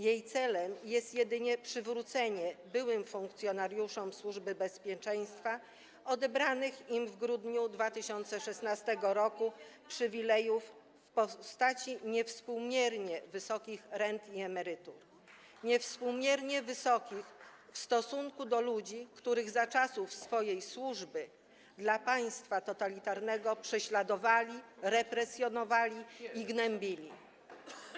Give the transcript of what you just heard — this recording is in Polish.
Jej celem jest jedynie przywrócenie byłym funkcjonariuszom Służby Bezpieczeństwa odebranych im w grudniu 2016 r. przywilejów w postaci niewspółmiernie wysokich rent i emerytur, niewspółmiernie wysokich w stosunku do emerytur ludzi, których za czasów swojej służby dla państwa totalitarnego prześladowali, represjonowali i gnębili.